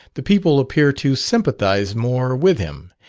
the people appear to sympathize more with him,